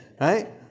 right